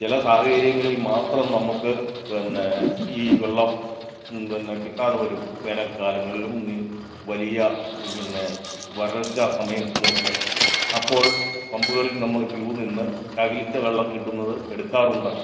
ചില സാഹചര്യങ്ങളിൽ മാത്രം നമുക്ക് പിന്നേ ഈ വെള്ളം പിന്നെ കിട്ടാതെ വരും വേനൽകാലങ്ങളിലും വലിയ പിന്നെ വരൾച്ച സമയത്തും ഒക്കെ അപ്പോൾ പമ്പുകളിൽ നമ്മൾ ക്യൂ നിന്ന് ശകലിച്ച വെള്ളം കിട്ടുന്നത് എടുക്കാറുണ്ട്